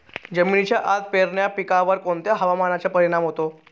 जमिनीच्या आत येणाऱ्या पिकांवर कोणत्या हवामानाचा परिणाम होतो?